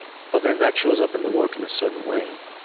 but then that shows up in the work in a certain way.